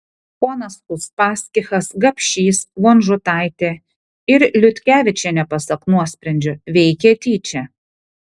ponas uspaskichas gapšys vonžutaitė ir liutkevičienė pasak nuosprendžio veikė tyčia